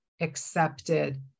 accepted